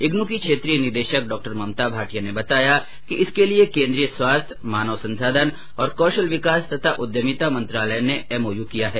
इग्नू की क्षेत्रीय निदेशक डॉक्टर ममता भाटिया ने बताया कि इसके लिये केन्द्रीय स्वास्थ्य मानव संसाधन और कौशल विकास तथा उद्यमिता मंत्रालय ने एमओयू किया है